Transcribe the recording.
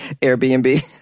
Airbnb